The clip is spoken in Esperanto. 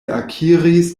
akiris